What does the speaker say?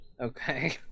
Okay